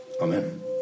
Amen